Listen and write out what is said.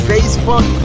Facebook